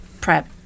prep